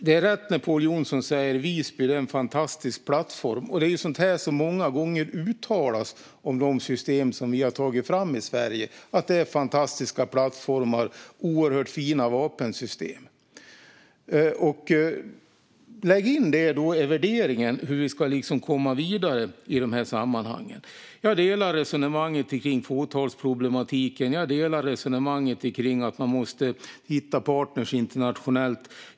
Det är rätt när Pål Jonson säger att Visby är en fantastisk plattform. Det är sådant som många gånger uttalas om de system som vi har tagit fram i Sverige: Det är fantastiska plattformar och oerhört fina vapensystem. Lägg då in detta i värderingen när det gäller hur vi ska komma vidare i de här sammanhangen! Jag delar resonemanget kring fåtalighetsproblematiken och resonemanget kring att man måste hitta partner internationellt.